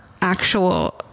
actual